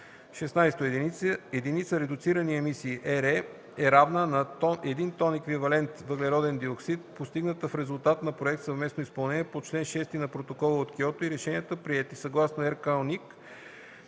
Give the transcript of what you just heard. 16. „Единица редуцирани емисии (ЕРЕ)” е равна на един тон еквивалент въглероден диоксид, постигната в резултат на проект „Съвместно изпълнение” по чл. 6 на Протокола от Киото, и решенията, приети съгласно РКОНИК